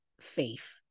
faith